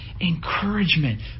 encouragement